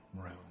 room